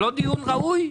זה לא דיון ראוי?